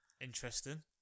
Interesting